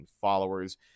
followers